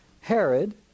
Herod